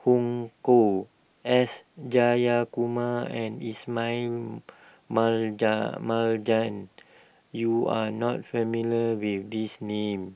Hong Kwok S Jayakumar and Ismail Marjan you are not familiar with these names